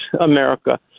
America